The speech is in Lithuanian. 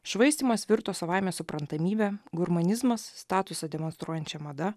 švaistymas virto savaime suprantamybe gurmanizmas statusą demonstruojančia mada